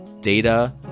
data